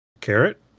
carrot